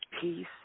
peace